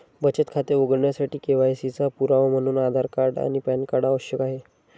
बचत खाते उघडण्यासाठी के.वाय.सी चा पुरावा म्हणून आधार आणि पॅन कार्ड आवश्यक आहे